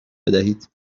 بدهید